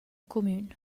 cumün